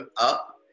up